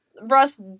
Russ